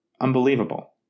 Unbelievable